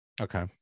Okay